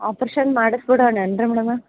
operation ಮಾಡಿಸ್ಬುಡಾಣನ್ರೀ madam